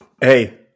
Hey